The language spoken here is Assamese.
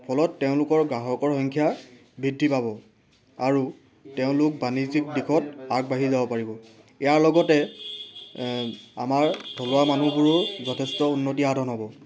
ফলত তেওঁলোকৰ গ্ৰাহকৰ সংখ্যা বৃদ্ধি পাব আৰু তেওঁলোক বাণিজ্যিক দিশত আগবাঢ়ি যাব পাৰিব ইয়াৰ লগতে আমাৰ থলুৱা মানুহবোৰো যথেষ্ট উন্নতি সাধন হ'ব